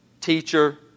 teacher